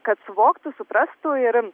kad suvoktų suprastų ir